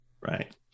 right